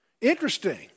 Interesting